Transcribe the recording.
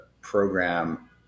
program